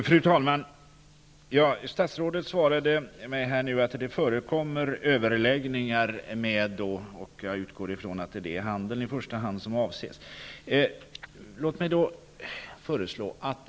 Fru talman! Statsrådet svarade mig att det förekommer överläggningar. Jag utgår ifrån att det i första hand är handeln som avses.